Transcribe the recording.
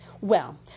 Well